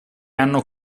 hanno